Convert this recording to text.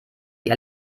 wie